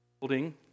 building